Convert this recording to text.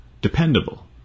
dependable